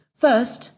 First